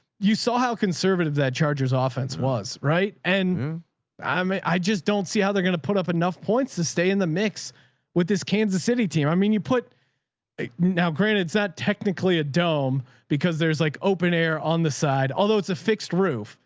you saw how conservative that chargers off fence was. right. and i mean, i just don't see how they're going to put up enough points to stay in the mix with this kansas city team. i mean, you put now granted it's not technically a dome because there's like open air on the side. although it's a fixed roof.